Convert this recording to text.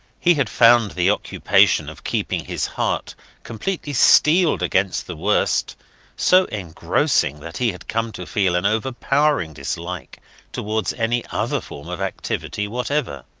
he had found the occupation of keeping his heart completely steeled against the worst so engrossing that he had come to feel an overpowering dislike towards any other form of activity whatever.